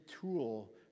tool